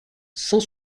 cent